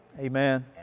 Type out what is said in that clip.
Amen